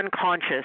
unconscious